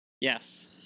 Yes